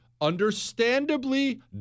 understandably